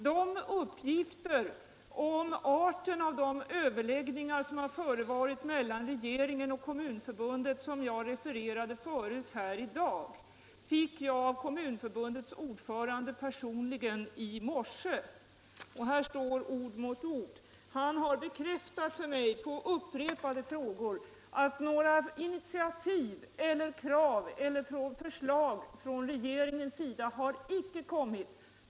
De uppgifter om arten av de överläggningar som förevarit mellan regeringen och Kommunförbundet som jag refererade förut i dag fick jag av Kommunförbundets ordförande personligen i morse. Här står ord mot ord. Han har bekräftat för mig på upprepade frågor att några initiativ, krav eller förslag från regeringen inte har kommit.